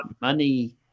money